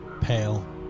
pale